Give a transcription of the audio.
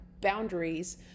boundaries